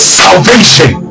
salvation